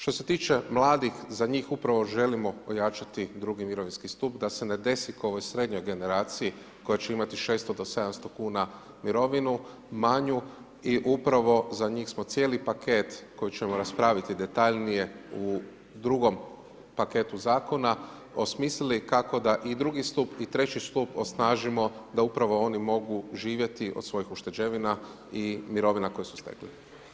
Što se tiče mladih, za njih upravo želimo ojačati drugi mirovinski stup, da se ne desi ko i ovoj srednjoj generaciji, koja će imati 600-400 kn mirovinu manju i upravo za njih smo cijeli paket, koji ćemo raspraviti detaljnije u drugom paketu zakona, osmislili kako da i 2. stup i 3. stup osnažimo da upravo oni mogu živjeti od svojih ušteđevina i mirovina koje su stekli.